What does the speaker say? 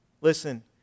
Listen